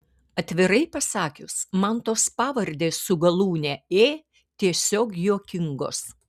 atvirai pasakius man tos pavardės su galūne ė tiesiog juokingos